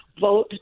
vote